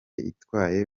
yitwaye